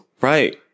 right